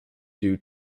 due